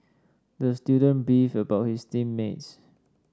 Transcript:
the student beefed about his team mates